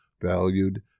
valued